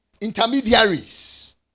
Intermediaries